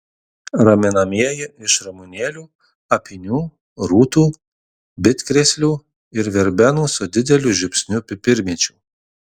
raminamieji iš ramunėlių apynių rūtų bitkrėslių ir verbenų su dideliu žiupsniu pipirmėčių